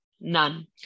none